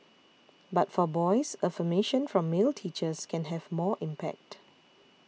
but for boys affirmation from male teachers can have more impact